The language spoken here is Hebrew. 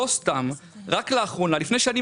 כלומר,